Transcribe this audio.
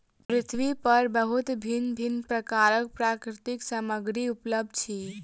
पृथ्वी पर बहुत भिन्न भिन्न प्रकारक प्राकृतिक सामग्री उपलब्ध अछि